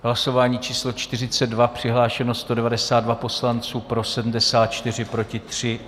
Hlasování číslo 42, přihlášeno 192 poslanců, pro 74, proti 3.